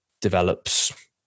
develops